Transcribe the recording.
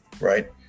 right